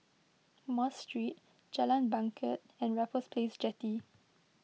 Mosque Street Jalan Bangket and Raffles Place Jetty